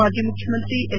ಮಾಜಿ ಮುಖ್ಯಮಂತ್ರಿ ಎಸ್